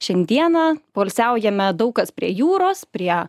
šiandieną poilsiaujame daug kas prie jūros prie